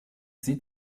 sieht